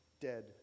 dead